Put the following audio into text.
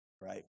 Right